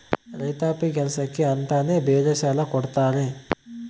ರೈತಾಪಿ ಕೆಲ್ಸಕ್ಕೆ ಅಂತಾನೆ ಬೇರೆ ಸಾಲ ಕೊಡ್ತಾರ